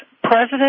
President